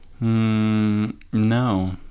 no